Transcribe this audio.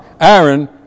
Aaron